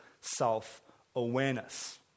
self-awareness